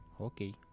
okay